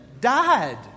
died